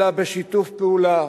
אלא בשיתוף פעולה